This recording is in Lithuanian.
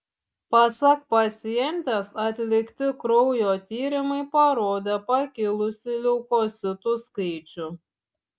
pasak pacientės atlikti kraujo tyrimai parodė pakilusį leukocitų skaičių